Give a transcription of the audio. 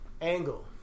angle